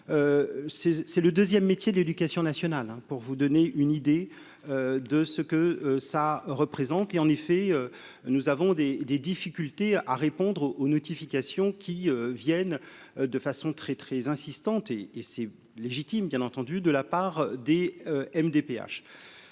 c'est le 2ème métier de l'éducation nationale pour vous donner une idée de ce que ça représente et en effet, nous avons des des difficultés à répondre aux notifications qui viennent de façon très très insistante et et c'est légitime, bien entendu de la part des MDPH,